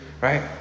Right